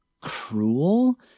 cruel